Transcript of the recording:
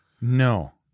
No